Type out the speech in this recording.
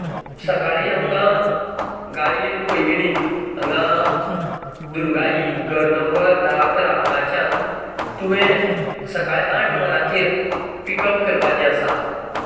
सकाळीं आमकां गाळयें पैगिंणीक हांगा दुर्गांयी घर नंबर धा अकरा हांगाच्यान तुवेंन सकाळीं आठ वरांचेर पिकअप करपाचें आसा